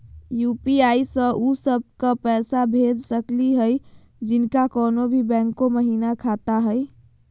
UPI स उ सब क पैसा भेज सकली हई जिनका कोनो भी बैंको महिना खाता हई?